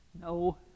No